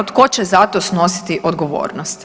Tko će za to snositi odgovornost?